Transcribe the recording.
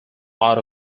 out